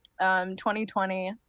2020